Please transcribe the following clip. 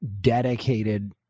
dedicated